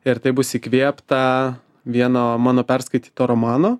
ir tai bus įkvėpta vieno mano perskaityto romano